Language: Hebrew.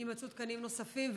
שיימצאו תקנים נוספים,